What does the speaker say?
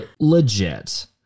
legit